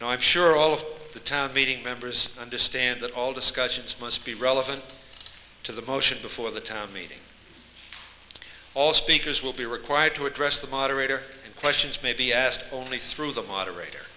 and i'm sure all of the town meeting members understand that all discussions must be relevant to the motion before the town meeting all speakers will be required to address the moderator questions may be asked only through the moderator